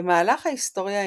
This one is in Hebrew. במהלך ההיסטוריה האנושית,